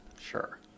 Sure